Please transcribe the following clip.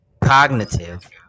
cognitive